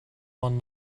one